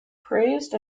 praised